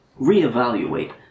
reevaluate